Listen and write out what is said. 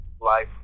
life